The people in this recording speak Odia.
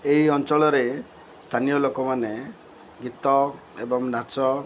ଏହି ଅଞ୍ଚଳରେ ସ୍ଥାନୀୟ ଲୋକମାନେ ଗୀତ ଏବଂ ନାଚ